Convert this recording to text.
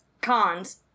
Cons